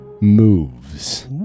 moves